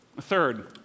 Third